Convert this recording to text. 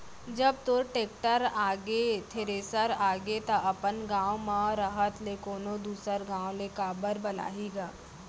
जब तोर टेक्टर आगे, थेरेसर आगे त अपन गॉंव म रहत ले कोनों दूसर गॉंव ले काबर बलाही गा?